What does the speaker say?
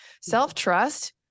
Self-trust